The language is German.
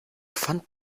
pfand